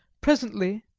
presently,